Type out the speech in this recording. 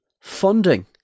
funding